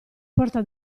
porta